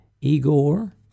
Igor